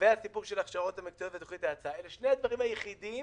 והסיפור של ההכשרות המקצועיות לתוכנית האצה אלו שני הדברים היחידים